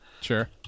Sure